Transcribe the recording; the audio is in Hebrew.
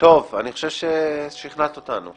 אני חושב ששכנעת אותנו.